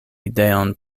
ideon